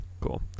Cool